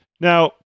Now